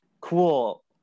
cool